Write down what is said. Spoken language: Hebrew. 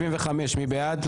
105, מי בעד?